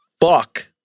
Fuck